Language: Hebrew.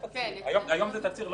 היום זה תצהיר.